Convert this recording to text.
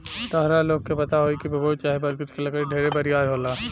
ताहरा लोग के पता होई की बबूल चाहे बरगद के लकड़ी ढेरे बरियार होला